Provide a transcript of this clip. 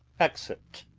exit.